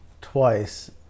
twice